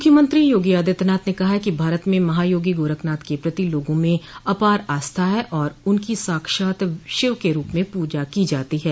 मुख्यमंत्री योगी आदित्यनाथ ने कहा कि भारत में महायोगी गोरखनाथ के प्रति लोगों में अपार आस्था है और उनकी साक्षात शिव के रूप में पूजा की जाती है